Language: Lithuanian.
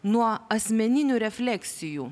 nuo asmeninių refleksijų